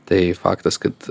tai faktas kad